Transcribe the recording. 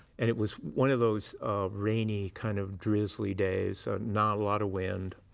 and it was one of those rainy, kind of drizzly days, not a lot of wind,